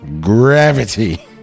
Gravity